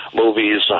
movies